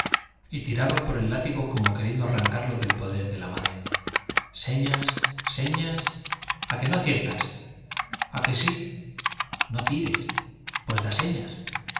y tiraba por el látigo como queriendo arrancarlo del poder de la madre señas señas a que no aciertas a que sí no tires pues da señas